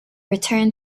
return